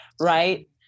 right